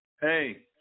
Hey